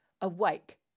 awake